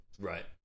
Right